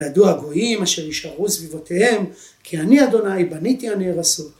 ‫וידעו הגויים אשר יישארו סביבותיהם, ‫כי אני ה' בניתי הנהרסות.